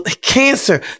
cancer